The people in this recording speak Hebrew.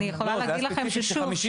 לא,